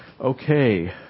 okay